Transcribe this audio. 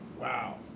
Wow